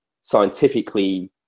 scientifically